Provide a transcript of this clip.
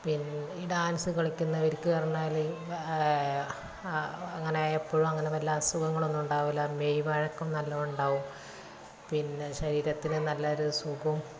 പിന്നെ ഈ ഡാൻസ് കളിക്കുന്നവർക്ക് പറഞ്ഞാൽ അങ്ങനെ എപ്പോഴും അങ്ങന വല്ല അസുഖങ്ങളൊന്നും ഉണ്ടാവില്ല മെയ് വഴക്കം നല്ലോണം ഉണ്ടാവും പിന്നെ ശരീരത്തിന് നല്ല ഒരു സുഖം